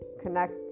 connect